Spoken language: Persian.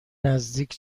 نزدیک